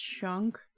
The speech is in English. chunk